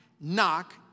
Knock